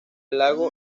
lago